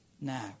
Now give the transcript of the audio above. now